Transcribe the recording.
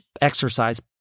exercise